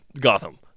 Gotham